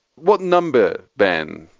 what number, ben?